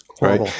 right